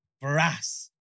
brass